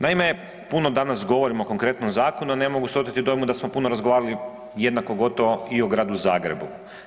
Naime, puno danas govorimo o konkretnom zakonu, a ne mogu se oteti dojmu da smo puno razgovarali jednako pogotovo i o Gradu Zagrebu.